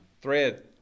thread